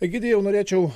egidijau norėčiau